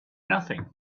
nothing